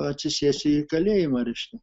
atsisėsi į kalėjimą reiškia